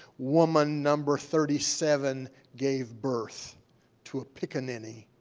woman number thirty seven gave birth to a pickaninny